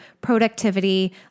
productivity